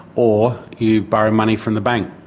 or you borrow money from the bank.